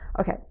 Okay